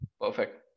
Perfect